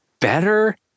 better